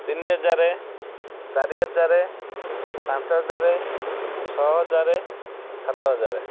ତିନି ହଜାର ଚାରି ହଜାର ପାଞ୍ଚ ହଜାର ଛଅ ହଜାର ସାତ ହଜାର